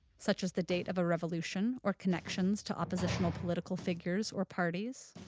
such as the date of a revolution or connections to oppositional political figures or parties.